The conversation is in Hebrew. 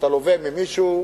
אתה לווה ממישהו,